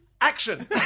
Action